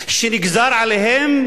שנגזרו עליהם